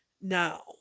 Now